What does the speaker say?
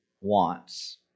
wants